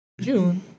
June